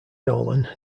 nolan